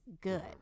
good